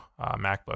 MacBook